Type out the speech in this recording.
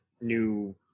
new